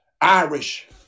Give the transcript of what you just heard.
Irish